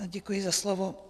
Děkuji za slovo.